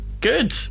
Good